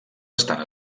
estan